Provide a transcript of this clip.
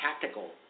tactical